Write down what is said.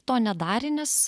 to nedarė nes